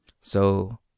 So